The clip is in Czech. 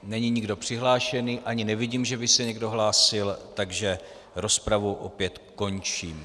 Není nikdo přihlášený a ani nevidím, že by se někdo hlásil, takže rozpravu opět končím.